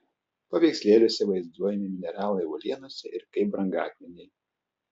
paveikslėliuose vaizduojami mineralai uolienose ir kaip brangakmeniai